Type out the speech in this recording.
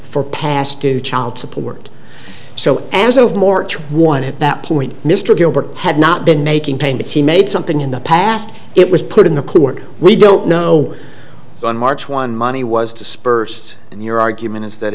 for pass to child support so as of more to one at that point mr gilbert had not been making payments he made something in the past it was put in the court we don't know but in march one money was dispersed and your argument is that